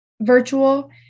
Virtual